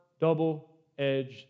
double-edged